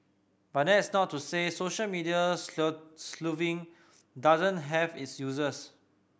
but that's not to say social medias sleuthing doesn't have its uses